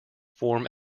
form